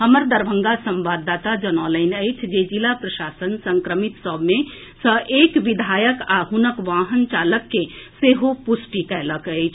हमर दरभंगा संवाददाता जनौलनि अछि जे जिला प्रशासन संक्रमित सभ मे सऽ एक विधायक आ हुनक वाहन चालक कैँ सेहो पुष्टि कएलक अछि